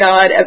God